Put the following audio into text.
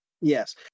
Yes